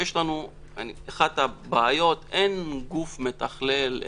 אחת הבעיות אין גוף מתכלל,